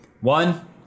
One